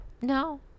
no